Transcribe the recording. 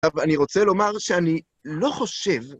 עכשיו, אני רוצה לומר שאני לא חושב...